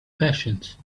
patience